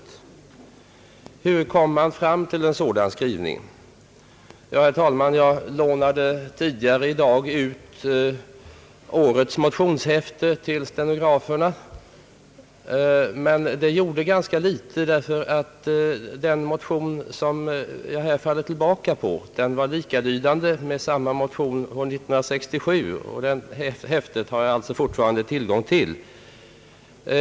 Hur kommer man fram till en sådan skrivning? Herr talman! Jag lånade tidigare i dag ut årets motionshäfte till stenograferna, men det betyder ganska litet, ty den motion som jag här faller tillbaka på är likalydande med en motion i samma fråga år 1967, och det häftet har jag alltså fortfarande tillgång till.